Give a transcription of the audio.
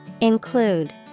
Include